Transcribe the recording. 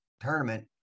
tournament